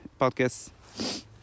podcast